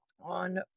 on